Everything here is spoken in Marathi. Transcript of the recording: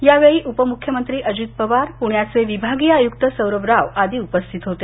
यावेळी उपमुख्यमंत्री अजित पवार पुण्याचे विभागीय आयुक्त सौरभ राव आदी उपस्थित होते